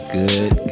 good